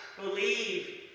believe